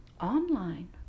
online